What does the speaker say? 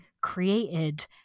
created